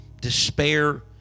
despair